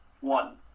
one